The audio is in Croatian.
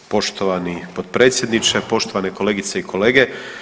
Evo poštovani potpredsjedniče, poštovane kolegice i kolege.